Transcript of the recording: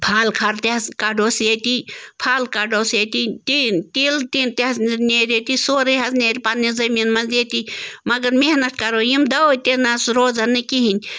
پھل کھار تہِ حظ کَڑوس ییٚتی پھل کَڑوس ییٚتی ٹیٖن تیٖلہٕ ٹیٖن تہِ حظ نیرِ ییٚتی سورٕے حظ نیرِ پنٛنہِ زٔمیٖن منٛز ییٚتی مگر محنت کَرو یِم دٲدۍ تہِ نہٕ حظ روزَن نہٕ کِہیٖنۍ